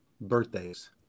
Birthdays